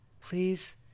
Please